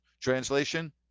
Translation